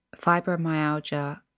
fibromyalgia